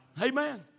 Amen